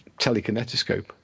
telekinetoscope